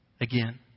again